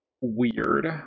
weird